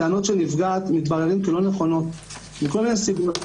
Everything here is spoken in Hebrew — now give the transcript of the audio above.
שטענות של נפגעת מתבררות כלא נכונות מכל מיני סיבות.